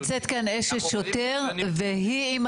נמצאת כאן אשת שוטר, והיא עם